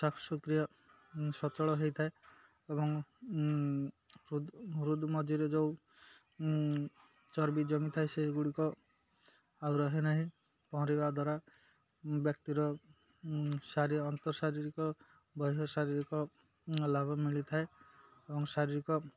ଶ୍ୱାସକ୍ରିୟା ସଚଳ ହେଇଥାଏ ଏବଂ ହୃଦ ହୃଦ ମଝିରେ ଯୋଉ ଚର୍ବି ଜମିଥାଏ ସେଗୁଡ଼ିକ ଆଉ ରହେ ନାହିଁ ପହଁରିବା ଦ୍ୱାରା ବ୍ୟକ୍ତିର ଅନ୍ତଃ ଶାରୀରିକ ବହିଃ ଶାରୀରିକଲାଭ ମିଳିଥାଏ ଏବଂ ଶାରୀରିକ